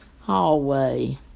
hallway